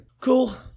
Cool